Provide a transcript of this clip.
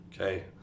Okay